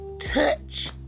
touch